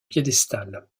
piédestal